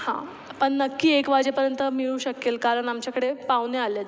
हां पण नक्की एक वाजेपर्यंत मिळू शकेल कारण आमच्याकडे पाहुणे आले आहेत